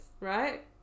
right